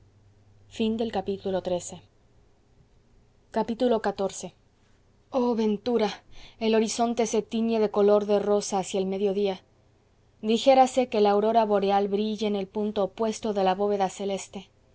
xiv oh ventura el horizonte se tiñe de color de rosa hacia el mediodía dijérase que la aurora boreal brilla en el punto opuesto de la bóveda celeste